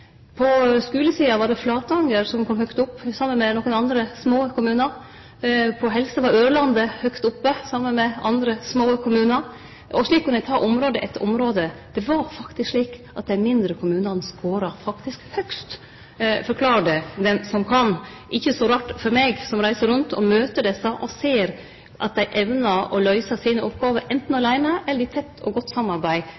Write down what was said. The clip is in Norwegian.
På skulesida var det Flatanger som kom høgt opp saman med nokre andre små kommunar. På helse var Ørlandet høgt oppe saman med andre små kommunar. Slik kan ein ta område etter område. Det var faktisk slik at dei mindre kommunane skåra høgst. Forklar det den som kan – ikkje så rart for meg som reiser rundt og møter desse og ser at dei evner å løyse oppgåvene sine,